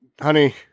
honey